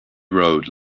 road